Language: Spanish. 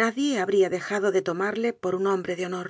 nadie habría dejado de tomarle por un hombre de honor